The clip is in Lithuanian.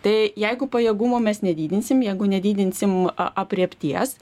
tai jeigu pajėgumų mes nedidinsim jeigu nedidinsim a aprėpties